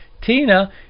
Tina